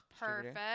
Perfect